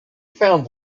found